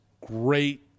great